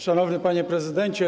Szanowny Panie Prezydencie!